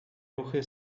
ruchy